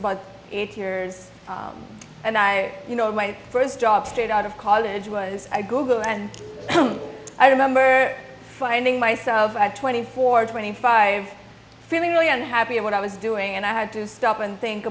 companies eight years and i you know my first job straight out of college was i google and i remember finding myself at twenty four twenty five feeling really unhappy in what i was doing and i had to stop and think